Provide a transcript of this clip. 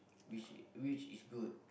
which which is good